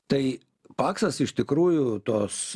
tai paksas iš tikrųjų tos